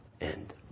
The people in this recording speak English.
end